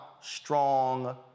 strong